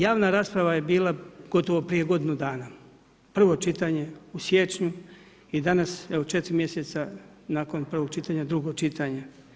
Javna rasprava je bila gotovo prije godinu dana, prvo čitanje u siječnju i danas, evo, nakon 4 mj. nakon prvog čitanja, drugo čitanje.